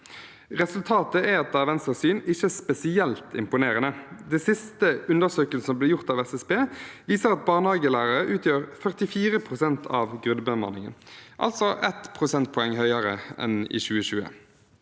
Resultatet er etter Venstres syn ikke spesielt imponerende. Den siste undersøkelsen som ble gjort av SSB, viser at barnehagelærere utgjør 44 pst. av grunnbemanningen, altså 1 prosentpoeng høyere enn i 2020.